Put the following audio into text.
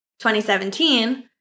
2017